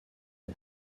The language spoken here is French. ans